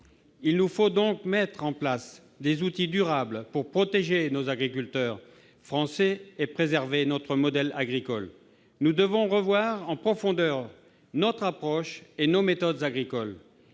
Il nous faut donc mettre en place des outils durables pour protéger les agriculteurs français et préserver notre modèle agricole. Nous devons revoir en profondeur notre approche et nos méthodes agricoles.